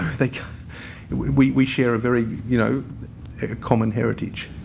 they can't we share a very you know common heritage.